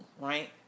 right